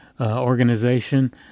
Organization